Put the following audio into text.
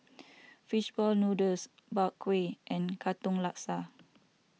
Fish Ball Noodles Bak Kwa and Katong Laksa